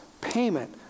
payment